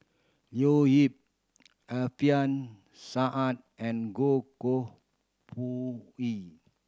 Leo Yip Alfian Sa'at and Goh Koh Pui E